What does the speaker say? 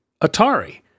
Atari